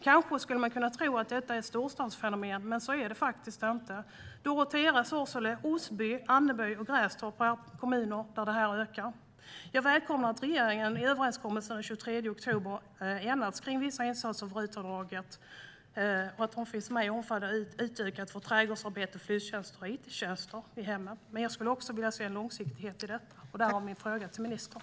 Kanske skulle man kunna tro att detta är ett storstadsfenomen, men så är det faktiskt inte. Dorotea, Sorsele, Osby, Aneby och Grästorp är kommuner där det ökar. Jag välkomnar att regeringen i överenskommelsen den 23 oktober enades om vissa insatser där RUT-avdraget finns med och som omfattar utökat trädgårdsarbete, flyttjänster och it-tjänster i hemmet, men jag skulle också vilja se en långsiktighet i detta, därav min fråga till ministern.